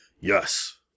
yes